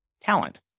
talent